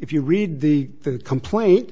if you read the complaint